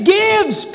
gives